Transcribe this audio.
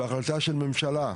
והחלטה של ממשלה,